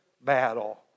battle